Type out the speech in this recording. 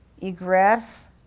egress